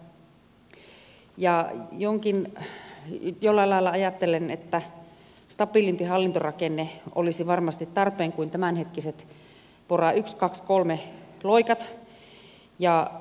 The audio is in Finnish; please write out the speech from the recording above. jollain lailla ajattelen että stabiilimpi hallintorakenne olisi varmasti tarpeen kuin tämänhetkiset pora i ii ja iii loikat